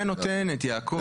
היא הנותנת, יעקב.